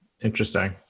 Interesting